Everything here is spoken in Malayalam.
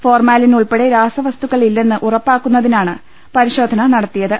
ഫോർമാലിൻ ഉൾപ്പെടെ രാസവസ്തുക്കൾ ഇല്ലെന്ന് ഉറപ്പാക്കുന്നതിനാണ് പരിശോ ധന നടത്തിയത്